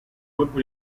colpo